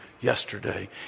yesterday